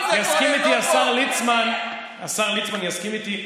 יסכים איתי השר ליצמן השר ליצמן יסכים איתי,